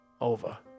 over